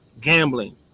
gambling